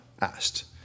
asked